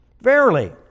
Verily